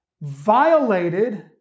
violated